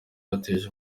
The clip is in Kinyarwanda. yateje